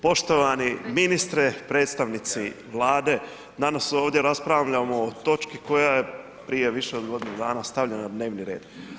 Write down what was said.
Poštovani ministre, predstavnici Vlade, danas ovdje raspravljamo o točki koja je prije više od godinu dana stavljena na dnevni red.